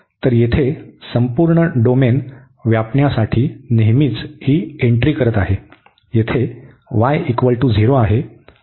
तर येथे संपूर्ण डोमेन व्यापण्यासाठी नेहमीच ही एंट्री करत आहे येथे y0 आहे